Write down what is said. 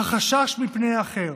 החשש מפני האחר,